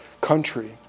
country